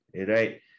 right